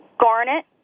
Garnet